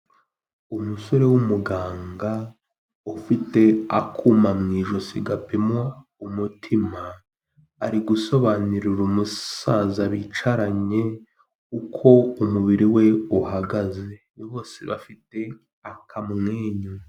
Umusore w'umuganga ufite akuma mu ijosi gapima umutima, ari gusobanurira umusaza bicaranye uko umubiri we uhagaze bose bafite akamwenyu.